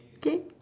K